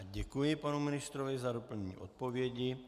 Děkuji panu ministrovi za doplnění odpovědi.